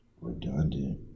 redundant